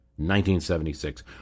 1976